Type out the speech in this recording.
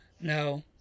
No